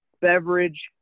beverage